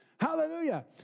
Hallelujah